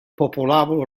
popolavano